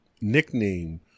nickname